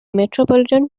metropolitan